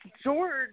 George